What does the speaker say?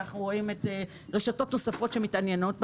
ואנחנו רואים רשתות נוספות שמתעניינות בנו.